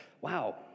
Wow